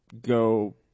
go